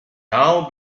down